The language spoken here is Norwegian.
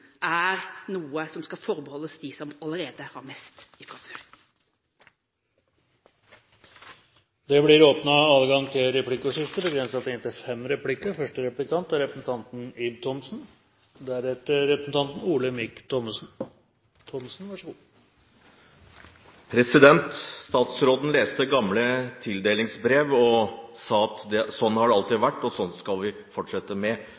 er noe som skal forbeholdes dem som allerede har mest fra før. Det blir replikkordskifte. Statsråden leste gamle tildelingsbrev og sa at sånn har det alltid vært, og det skal vi fortsette med.